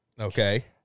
Okay